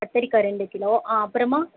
கத்திரிக்காய் ரெண்டு கிலோ ஆ அப்புறமா